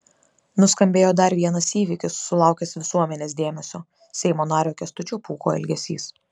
nuskambėjo dar vienas įvykis sulaukęs visuomenės dėmesio seimo nario kęstučio pūko elgesys